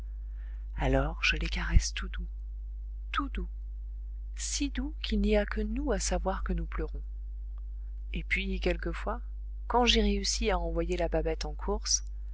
alors je les caresse tout doux tout doux si doux qu'il n'y a que nous à savoir que nous pleurons et puis quelquefois quand j'ai réussi à envoyer la babette en courses